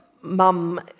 mum